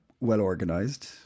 well-organized